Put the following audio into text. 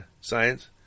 science